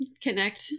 connect